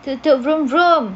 toot toot vroom vroom